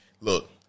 Look